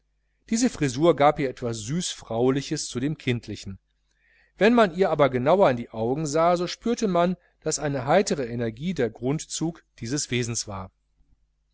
diese frisur gab ihr etwas süß frauliches zu dem kindlichen wenn man ihr aber genauer in die augen sah so spürte man daß eine heitere energie der grundzug dieses wesens war